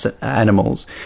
animals